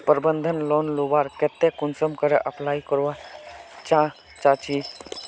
प्रबंधन लोन लुबार केते कुंसम करे अप्लाई करवा चाँ चची?